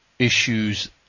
Issues